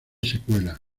secuela